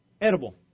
edible